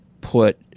put